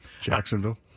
Jacksonville